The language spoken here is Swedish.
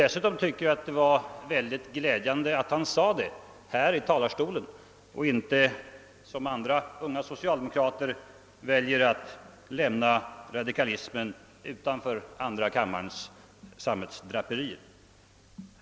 Dessutom fann jag det glädjande att han verkligen sade det i denna talarstol och inte valde att liksom andra unga socialdemokrater lämna radikalismen i Cabora Bassa-frågan utanför andra kammarens sammetsdraperier.